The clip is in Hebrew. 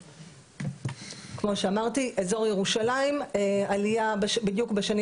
כמו שאמרתי אזור ירושלים עלייה בדיוק בשנים